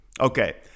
okay